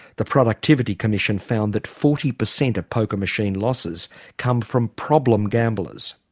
the productivity commission found that forty per cent of poker machine losses come from problem gamblers.